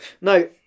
No